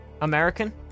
American